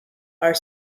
are